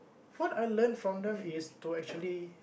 what I learn from them is to actually